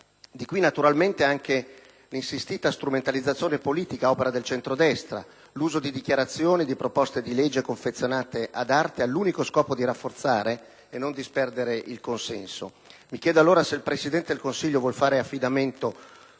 Di qui, naturalmente, anche la insistita strumentalizzazione politica ad opera del centrodestra: l'uso di dichiarazioni e di proposte di legge confezionate ad arte all'unico scopo di rafforzare e non disperdere consenso. Mi chiedo, allora: se il presidente del Consiglio vuol fare affidamento